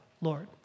Lord